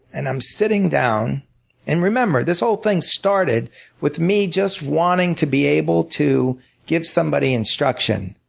and i'm sitting down and remember, this whole thing started with me just wanting to be able to give somebody instruction.